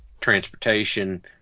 transportation